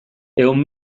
ehun